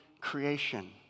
creation